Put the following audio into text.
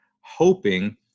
hoping